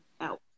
out